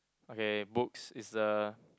okay books is the